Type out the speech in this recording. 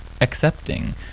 accepting